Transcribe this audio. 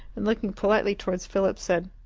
and, looking politely towards philip, said,